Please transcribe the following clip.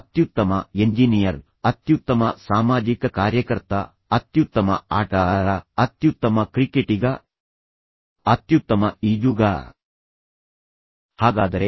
ಈಗ ನಾನು ನಿಮಗೆ ಎರಡು ಸನ್ನಿವೇಶಗಳನ್ನು ನೀಡಿದ್ದೇನೆ ಮೊದಲನೆಯದು ಗಂಡ ಮತ್ತು ಹೆಂಡತಿಯ ನಡುವಿನದ್ದು ಮತ್ತೆ ಎರಡೂ ಇಬ್ಬರು ವ್ಯಕ್ತಿಗಳ ನಡುವಿನ ಪರಸ್ಪರ ಸಂಘರ್ಷಗಳಿಗೆ ಇವು ಉದಾಹರಣೆಗಳಾಗಿವೆ